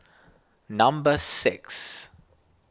number six